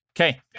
Okay